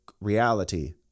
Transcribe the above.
reality